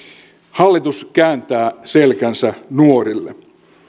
hallitus kääntää selkänsä nuorille